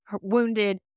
wounded